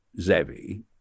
Zevi